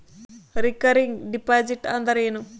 Recurring deposit ಅಂದರೇನು?